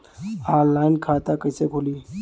Online खाता कइसे खुली?